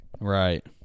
Right